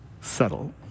settle